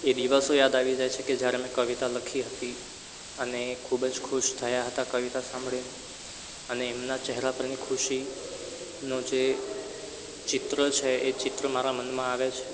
એ દિવસો યાદ આવી જાય છે કે જ્યારે મેં કવિતા લખી હતી અને એ ખૂબ જ ખુશ થયા હતા કવિતા સાંભળીને અને એમના ચહેરા પરની ખુશીનો જે ચિત્ર છે એ ચિત્ર મારા મનમાં આવે છે